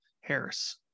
Harris